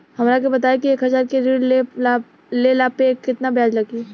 हमरा के बताई कि एक हज़ार के ऋण ले ला पे केतना ब्याज लागी?